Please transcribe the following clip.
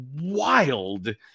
wild